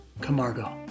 Camargo